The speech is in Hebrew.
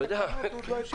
שנבין את המונח.